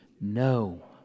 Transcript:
no